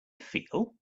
feel